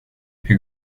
hur